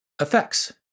effects